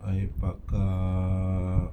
I park kat